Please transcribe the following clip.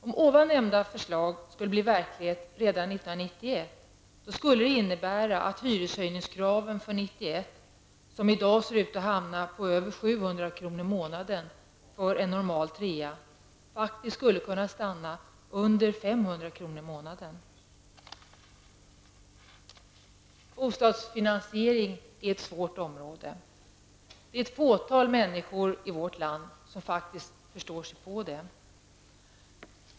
Om tidigare nämnda förslag skulle bli verklighet redan 1991 skulle det innebära att kraven på hyreshöjningar för 1991, som ser ut att hamna på över 700 kr. per månad för en normal trea, skulle kunna stanna under 500 kr. per månad. Bostadsfinansiering är ett svårt område. Ett fåtal människor i vårt land förstår sig på det.